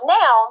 now